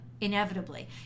inevitably